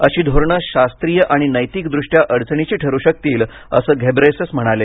अशी धोरणं शास्त्रीय आणि नैतिकदृष्ट्या अडचणीची ठरू शकतील असं घेब्रेयेसस म्हणाले